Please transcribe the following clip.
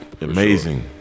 Amazing